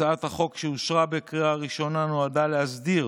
הצעת החוק, שאושרה בקריאה ראשונה, נועדה להסדיר